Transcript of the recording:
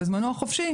בזמנו החופשי,